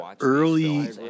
early